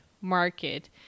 market